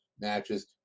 matches